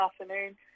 afternoon